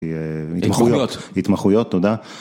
התמחויות. התמחויות, תודה.